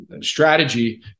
strategy